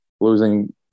losing